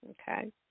Okay